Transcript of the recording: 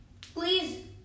please